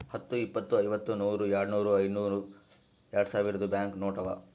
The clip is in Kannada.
ಹತ್ತು, ಇಪ್ಪತ್, ಐವತ್ತ, ನೂರ್, ಯಾಡ್ನೂರ್, ಐಯ್ದನೂರ್, ಯಾಡ್ಸಾವಿರ್ದು ಬ್ಯಾಂಕ್ ನೋಟ್ ಅವಾ